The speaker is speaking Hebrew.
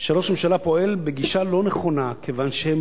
שראש הממשלה פועל בגישה לא נכונה כיוון שהם